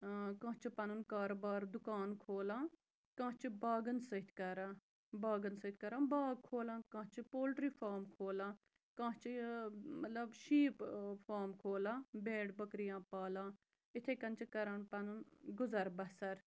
کانٛہہ چھُ پَنُن کاربار دُکان کھولان کانٛہہ چھُ باغَن سۭتۍ کران باغَن سۭتۍ کَران باغ کھولان کانٛہہ چھِ پولٹرٛی فام کھولان کانٛہہ چھِ مطلب شیٖپ فام کھولان بھیڑ بٔکرِیاں پالان اِتھَے کٔن چھِ کَران پَنُن گُزَر بَسَر